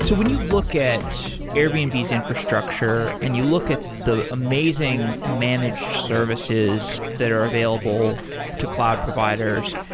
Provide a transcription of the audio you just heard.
so when you look at airbnb's infrastructure and you look at the amazing managed services that are available to cloud providers,